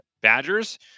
Badgers